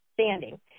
standing